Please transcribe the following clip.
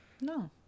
No